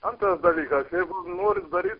antras dalykas jeigu norit daryt